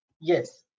Yes